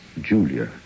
Julia